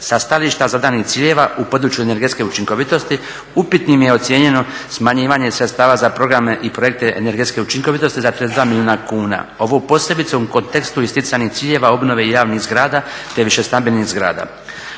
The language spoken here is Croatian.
Sa stajališta zadanih ciljeva u području energetske učinkovitosti upitnim je ocijenjeno smanjivanje sredstava za programe i projekte energetske učinkovitosti za 32 milijuna kuna. Ovo je posebice u kontekstu isticanih ciljeva obnove javnih zgrada te više stambenih zgrada.